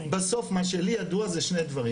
בסוף מה שלי ידוע זה שני דברים.